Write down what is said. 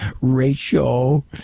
ratio